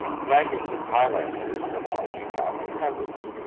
flanking the pilasters are arched-top cupboards.